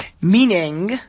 Meaning